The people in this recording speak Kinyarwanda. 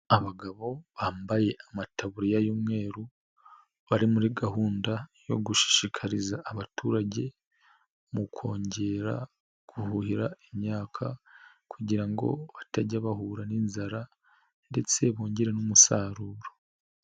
Abagabo bambaye amataburiya y'umweru, bari muri gahunda yo gushishikariza abaturage mu kongera guhuhira imyaka kugira ngo batajya bahura n'inzara, ndetse bongere n'umusaruro.